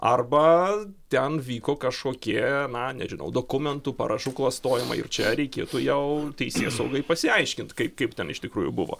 arba ten vyko kažkokie na nežinau dokumentų parašų klastojimai ir čia reikėtų jau teisėsaugai pasiaiškinti kaip kaip ten iš tikrųjų buvo